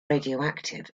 radioactive